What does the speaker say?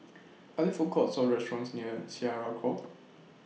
Are There Food Courts Or restaurants near Syariah Court